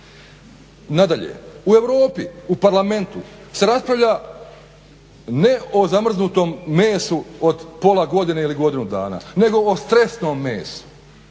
Nadalje, u Europi u parlamentu se raspravlja ne o zamrznutom mesu od pola godine ili godinu dana nego o stresnom mesu.